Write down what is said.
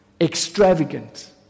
extravagant